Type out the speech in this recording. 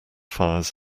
fires